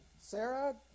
Sarah